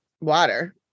water